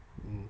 mm